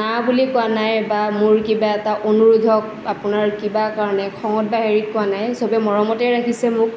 না বুলি কোৱা নাই বা মোৰ কিবা এটা অনুৰোধক আপোনাৰ কিবা কাৰণে খঙত বা হেৰিত কোৱা নাই সবেই মৰমতে ৰাখিছে মোক